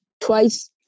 twice